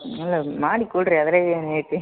ಇಲ್ಲ ಮಾಡಿ ಕೊಡ್ರಿ ಅದ್ರಾಗ ಏನೈತಿ